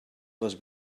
les